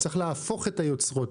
צריך להפוך את היוצרות.